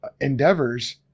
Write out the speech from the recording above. endeavors